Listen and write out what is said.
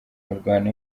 mirwano